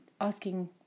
asking